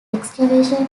excavation